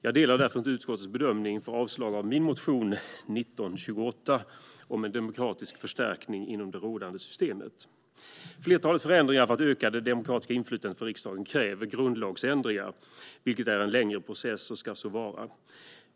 Jag delar därför inte utskottets bedömning gällande avslag av min motion 1928 om en demokratisk förstärkning inom det rådande systemet. Flertalet förändringar för att öka det demokratiska inflytandet för riksdagen kräver grundlagsändringar, vilket är en längre process och ska så vara.